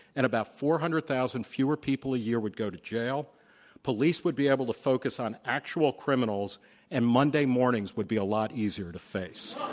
and about four hundred thousand fewer people a year would go to jail police would be able to focus on actual criminals and monday mornings would be a lot easier to face.